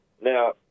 Now